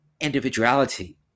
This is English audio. individuality